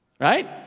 right